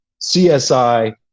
CSI